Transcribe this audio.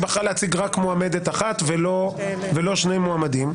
בחרה להציג רק מועמדת אחת ולא שני מועמדים.